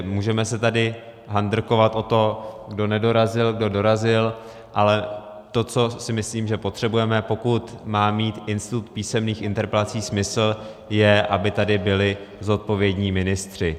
Můžeme se tady handrkovat o to, kdo nedorazil, kdo dorazil, ale to, co si myslím, že potřebujeme, pokud má mít institut písemných interpelací smysl, je, aby tady byli zodpovědní ministři.